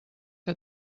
que